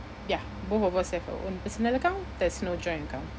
ya both of us have our own personal account there's no joint account